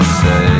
say